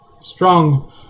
strong